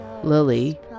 Lily